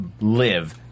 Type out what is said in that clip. live